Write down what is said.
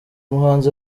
muhanzi